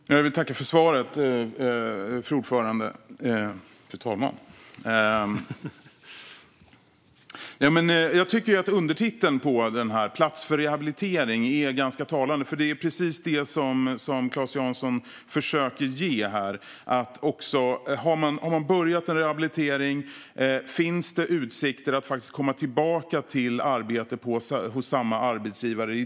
Fru talman! Jag tackar för svaret. Jag tycker att orden "med plats för rehabilitering" i delbetänkandets titel är ganska talande, för det är precis det som Claes Jansson försöker ge. Har man påbörjat en rehabilitering? Finns det utsikter att komma tillbaka till arbete hos samma arbetsgivare?